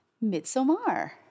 Midsummer